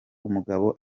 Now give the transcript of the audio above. umugabo